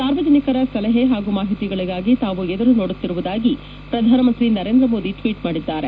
ಸಾರ್ವಜನಿಕರ ಸಲಹೆ ಪಾಗೂ ಮಾಹಿತಿಗಳಿಗಾಗಿ ತಾವು ಎದುರು ನೋಡುತ್ತಿರುವುದಾಗಿ ಪ್ರಧಾನಮಂತ್ರಿ ನರೇಂದ್ರ ಮೋದಿ ಟ್ವೀಟ್ ಮಾಡಿದ್ದಾರೆ